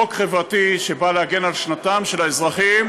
חוק חברתי שבא להגן על שנתם של האזרחים,